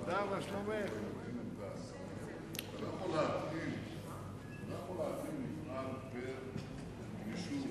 אתה לא יכול להקים מפעל ביישוב,